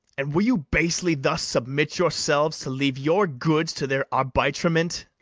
and will you basely thus submit yourselves to leave your goods to their arbitrement?